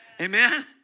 Amen